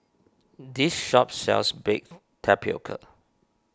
this shop sells Baked Tapioca